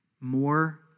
more